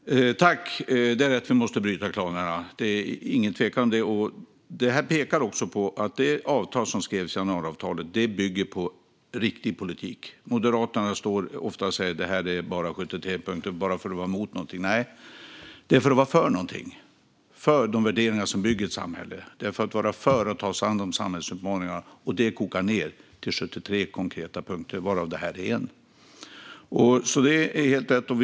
Fru talman! Det är rätt - vi måste bryta klanerna. Det är ingen tvekan om det. Detta pekar också på att det avtal som skrevs, januariavtalet, bygger på riktig politik. Moderaterna står ofta och säger att det bara är 73 punkter, bara för att vara emot någonting. Nej, det är för att vara för någonting - för de värderingar som bygger ett samhälle och för att ta sig an samhällsutmaningarna. Detta kokar ned till 73 konkreta punkter, varav det här är en. Det är alltså helt rätt.